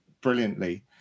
brilliantly